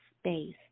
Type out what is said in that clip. space